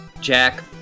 Jack